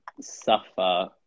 suffer